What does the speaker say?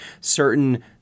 certain